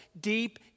deep